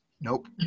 Nope